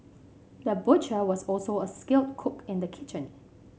the butcher was also a skilled cook in the kitchen